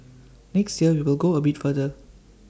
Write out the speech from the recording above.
next year we will go A bit further